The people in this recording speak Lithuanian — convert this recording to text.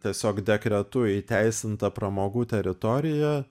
tiesiog dekretu įteisinta pramogų teritorija